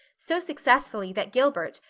so successfully that gilbert,